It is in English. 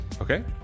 Okay